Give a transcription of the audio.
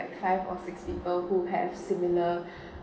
five or six people who have similar